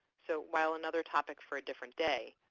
so while another topic for a different day,